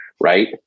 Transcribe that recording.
right